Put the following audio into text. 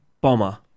Bomber